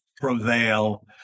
prevail